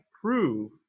prove